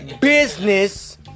business